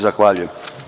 Zahvaljujem.